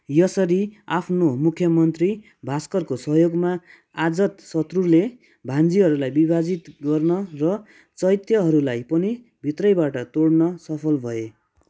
यसरी आफ्नो मुख्यमन्त्री भाष्करको सहयोगमा अजातशत्रुले भज्जीहरूलाई विभाजित गर्न र चैत्यहरूलाई पनि भित्रैबाट तोड्न सफल भए